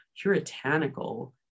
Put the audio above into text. puritanical